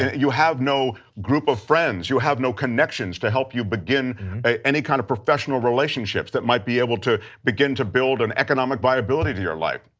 you have no group of friends, you have no connections to help you begin any kind of professional relationships that might be able to begin to build an economic viability to your life.